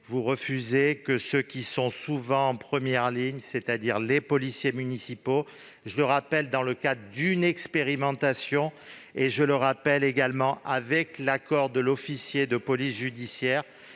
vous refusez que ceux qui sont souvent en première ligne, c'est-à-dire les policiers municipaux, dans le cadre d'une expérimentation et avec l'accord de l'officier de police judiciaire-